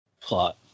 Plot